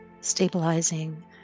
stabilizing